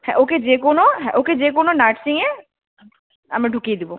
হ্যাঁ ওকে যে কোনো হ্যাঁ ওকে যে কোনো নার্সিংয়ে আমরা ঢুকিয়ে দেবো